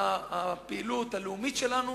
הפעילות הלאומית שלנו